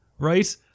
Right